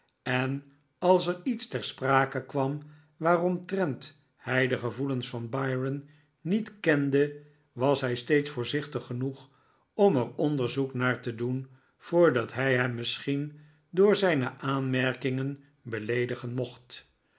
en als er iets ter sprake kwam waaromtrent hij de gevoelens van byron niet kende was hij steeds voorzichtig genoeg om er onderzoek naar te doen voordat hij hem misschien door zijne aamerkingen beleedigen mocht